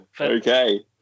Okay